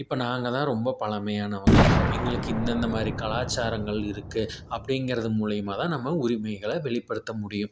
இப்போ நாங்கள் தான் ரொம்ப பழமையானவங்க எங்களுக்கு இந்தெந்த மாதிரி கலாச்சாரங்கள் இருக்குது அப்படிங்கிறது மூலிமா தான் நம்ம உரிமைகளை வெளிப்படுத்த முடியும்